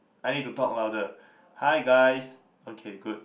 I need to talk louder hi guys okay good